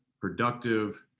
productive